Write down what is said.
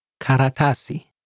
Karatasi